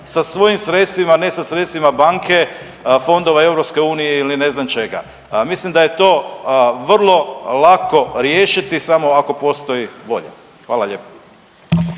sa svojim sredstvima, ne sa sredstvima banke, fondova EU ili ne znam čega. Mislim da je to vrlo lako riješiti samo ako postoji volja. Hvala lijepa.